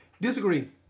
Disagree